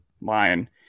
line